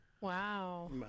Wow